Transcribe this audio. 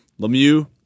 Lemieux